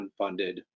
unfunded